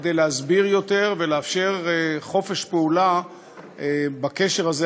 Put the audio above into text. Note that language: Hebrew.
כדי להסביר יותר ולאפשר חופש פעולה בקשר הזה,